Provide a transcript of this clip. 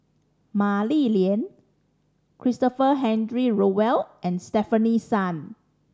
Mah Li Lian Christopher Henry Rothwell and Stefanie Sun